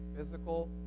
physical